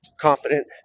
confident